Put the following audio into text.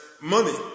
money